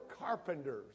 carpenters